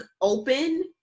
open